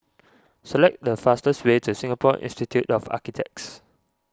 select the fastest way to Singapore Institute of Architects